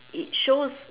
it shows